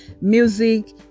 music